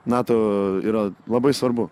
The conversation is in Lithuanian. nato yra labai svarbu